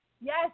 Yes